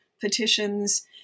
petitions